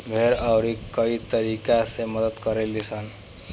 भेड़ अउरी कई तरीका से मदद करे लीसन